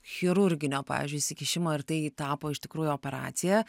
chirurginio pavyzdžiui įsikišimo ir tai tapo iš tikrųjų operacija